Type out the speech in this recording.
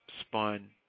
spun